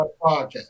Podcast